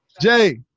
Jay